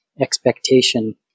expectation